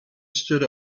stood